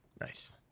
Nice